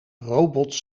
robots